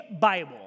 Bible